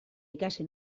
ikasi